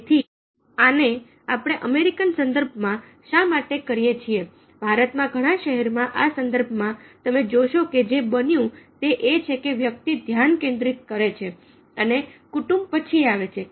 તેથી આને આપણે અમેરિકન સંદર્ભમાં શા માટે કરીએ છીએ ભારતમાં ઘણા શહેરમાં આ સંદર્ભમાં તમે જોશો કે જે બન્યું છે તે એ છે કે વ્યક્તિ ધ્યાન કેન્દ્રિત કરે છે અને કુટુંબ પછી આવે છે